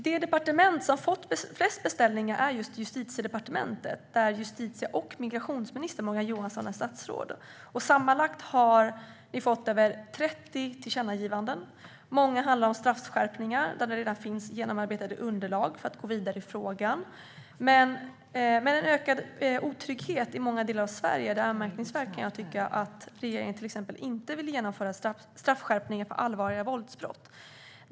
Det departement som fått flest beställningar är just Justitiedepartementet, där justitie och migrationsminister Morgan Johansson är statsråd. Sammanlagt har ni fått över 30 tillkännagivanden. Många handlar om straffskärpningar där det redan finns genomarbetade underlag för att gå vidare i frågan. Men med en ökad otrygghet i många delar av Sverige är det anmärkningsvärt, kan jag tycka, att regeringen till exempel inte vill genomföra straffskärpningar för allvarliga våldsbrott.